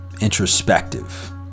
introspective